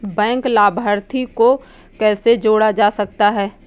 Bank लाभार्थी को कैसे जोड़ा जा सकता है?